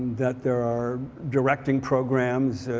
that there are directing programs,